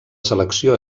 selecció